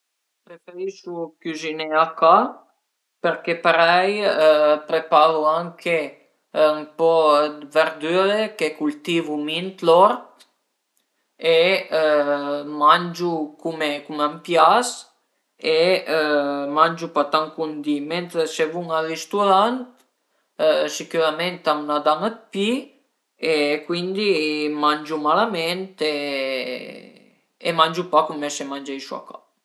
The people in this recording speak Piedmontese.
Preferisu cuziné a ca perché parei preparu anche ün po d'verdüre che cultivu mi ën l'ort e mangiu cume a m'pias e mangiu pa tant cundì, mentre se vun al risturant sicürament a m'ën dan dë pi e cundi mangiu malament e mangiu pa cume se mangeisu a ca